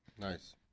Nice